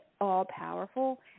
all-powerful